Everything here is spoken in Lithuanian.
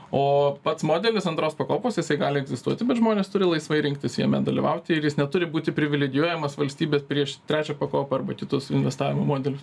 o pats modelis antros pakopos jisai gali egzistuoti bet žmonės turi laisvai rinktis jame dalyvauti ir jis neturi būti privilegijuojamas valstybės prieš trečią pakopą arba kitus investavimo modelius